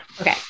okay